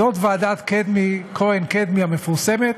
זאת ועדת כהן-קדמי המפורסמת